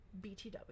BTW